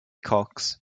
cox